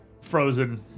Frozen